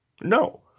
No